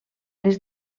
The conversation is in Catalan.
les